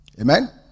Amen